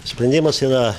sprendimas yra